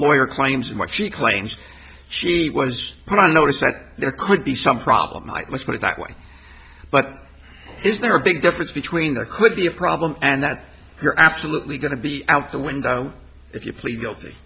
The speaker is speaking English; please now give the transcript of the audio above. lawyer claims and what she claims she was on notice that there could be some problem like let's put it that way but is there a big difference between there could be a problem and that you're absolutely going to be out the window if you plead guilty